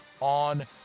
on